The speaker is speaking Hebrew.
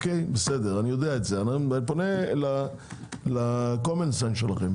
אני יודע את זה, אני פונה לקומון סנס שלכם.